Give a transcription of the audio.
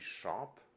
sharp